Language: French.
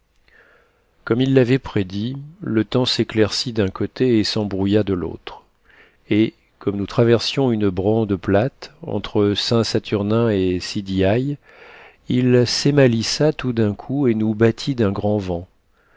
comme il l'avait prédit le temps s'éclaircit d'un côté et s'embrouilla de l'autre et comme nous traversions une brande plate entre saint saturnin et sidiailles il s'émaliça tout d'un coup et nous battit d'un grand vent